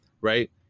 right